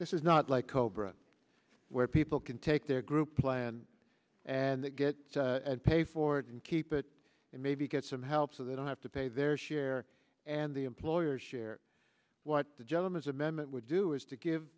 this is not like cobra where people can take their group plan and get and pay for it and keep it and maybe get some help so they don't have to pay their share and the employer share what the gentleman's amendment would do is to give